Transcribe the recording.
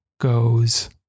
goes